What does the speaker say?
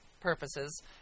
purposes